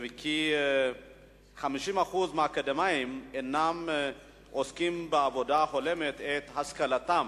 וכי 50% מהאקדמאים אינם עוסקים בעבודה ההולמת את השכלתם,